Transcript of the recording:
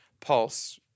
Pulse